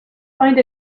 find